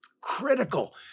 Critical